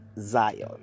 Zion